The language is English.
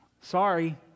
Sorry